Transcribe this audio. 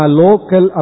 local